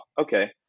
okay